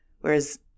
whereas